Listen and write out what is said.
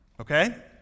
Okay